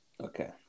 Okay